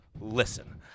Listen